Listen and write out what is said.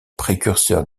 précurseurs